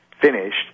finished